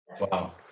Wow